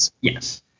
Yes